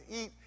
eat